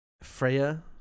Freya